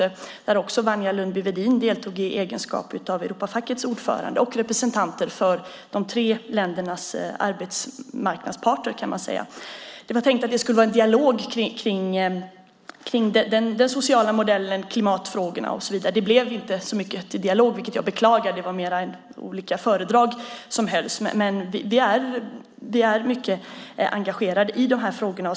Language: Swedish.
Där deltog också Wanja Lundby-Wedin i egenskap av Europafackets ordförande och representanter för de tre ländernas arbetsmarknadsparter. Det var tänkt att det skulle vara en dialog om den sociala modellen, klimatfrågorna och så vidare. Det blev inte så mycket till dialog, vilket jag beklagar. Det var mest olika föredrag som hölls. Men vi är mycket engagerade i dessa frågor.